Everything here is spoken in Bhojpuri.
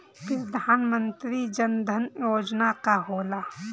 प्रधानमंत्री जन धन योजना का होला?